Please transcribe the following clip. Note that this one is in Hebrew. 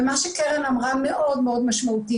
מה שקרן אמרה זה מאוד מאוד משמעותי.